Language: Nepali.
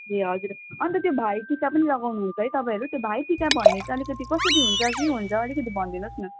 ए हजुर हजु अनि त त्यो भाइटिका पनि लगाउनु हुन्छ है तपाईँहरूले त्यो भाइटिका भन्ने चाहिँ अलिकति कसरी हुन्छ के हुन्छ अलिकति भनिदिनुहोस् न